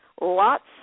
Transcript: lots